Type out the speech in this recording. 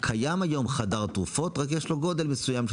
קיים היום חדר תרופות רק יש לו גודל מסוים.